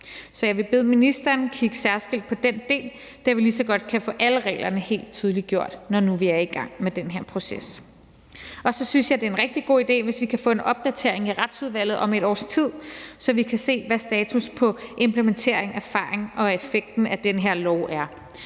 Så jeg vil bede ministeren kigge særskilt på den del, da vi lige så godt kan få alle reglerne helt tydeliggjort, når nu vi er i gang med den her proces. Så synes jeg, det er en rigtig god idé, hvis vi kan få en opdatering i Retsudvalget om et års tid, så vi kan se, hvad status på implementering, erfaring og effekten af den her lov er.